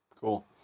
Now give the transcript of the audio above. Cool